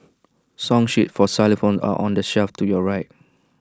song sheets for xylophones are on the shelf to your right